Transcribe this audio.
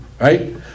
Right